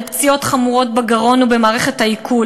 על פציעות חמורות בגרון ובמערכת העיכול,